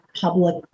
public